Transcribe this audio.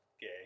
gay